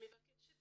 מבקשת